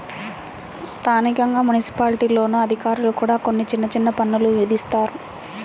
స్థానికంగా మున్సిపాలిటీల్లోని అధికారులు కూడా కొన్ని చిన్న చిన్న పన్నులు విధిస్తారు